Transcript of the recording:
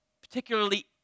particularly